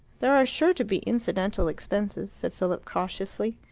there are sure to be incidental expenses, said philip cautiously.